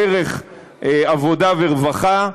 דרך עבודה ורווחה,